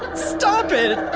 it, stop it!